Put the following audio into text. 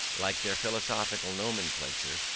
like their philosophical nomenclature,